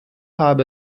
habe